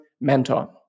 mentor